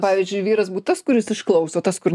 pavyzdžiui vyras būt tas kuris išklauso tas kur